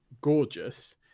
gorgeous